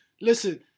listen